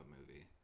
movie